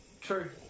True